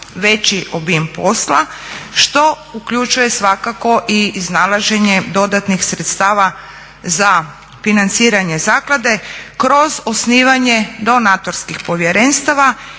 veći obim posla što uključuje svakako iznalaženje dodatnih sredstava za financiranje zaklade kroz osnivanje donatorskih povjerenstava